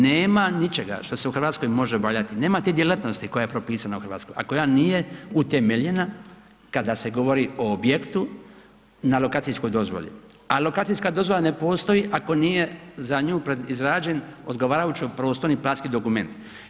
Nema ničega što se u Hrvatskoj može obavljati, nema te djelatnosti koja je propisana u Hrvatskoj a koja nije utemeljena kada se govori o objektu na lokacijskoj dozvoli, a lokacijska dozvola ne postoji ako nije za nju izrađen odgovarajući prostorno-planski dokument.